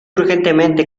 urgentemente